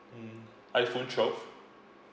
mm iphone twelve